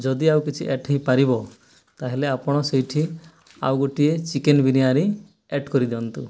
ଯଦି ଆଉ କିଛି ଆଡ୍ ହୋଇପାରିବ ତାହେଲେ ଆପଣ ସେଇଠି ଆଉ ଗୋଟିଏ ଚିକେନ୍ ବିରିୟାନୀ ଆଡ୍ କରିଦିଅନ୍ତୁ